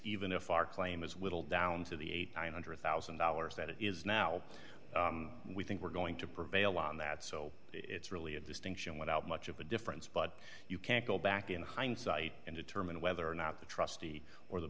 even if our claim is whittled down to the eight hundred thousand dollars that it is now we think we're going to prevail on that so it's really a distinction without much of a difference but you can't go back in hindsight and determine whether or not the trustee or the